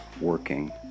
working